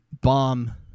bomb